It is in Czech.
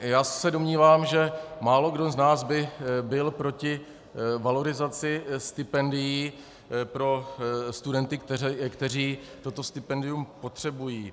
Já se domnívám, že málokdo z nás by byl proti valorizaci stipendií pro studenty, kteří toto stipendium potřebují.